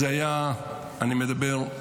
אני מדבר על